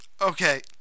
Okay